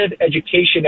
education